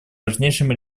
важнейшим